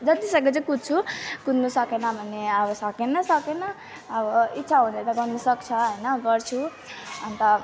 जति सक्दो चाहिँ कुद्छु कुद्नु सकेन भने अब सकेन सकेन अब इच्छा हुँदा त गर्नसक्छ होइन गर्छु अन्त